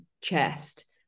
chest